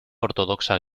ortodoxa